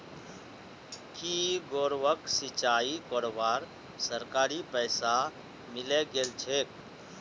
की गौरवक सिंचाई करवार सरकारी पैसा मिले गेल छेक